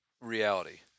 reality